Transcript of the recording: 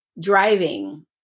driving